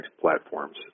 platforms